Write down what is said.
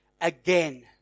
again